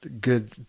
good